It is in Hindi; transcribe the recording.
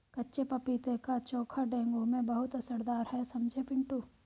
कच्चे पपीते का चोखा डेंगू में बहुत असरदार है समझे पिंटू